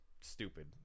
stupid